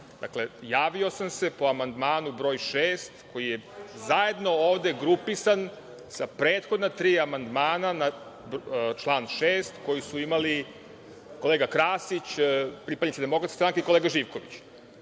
Dakle, javio sam se po amandmanu broj 6, koji je zajedno ovde grupisan sa prethodna tri amandmana na član 6. koji su imali kolega Krasić, pripadnici Demokratske stranke i kolega Živković.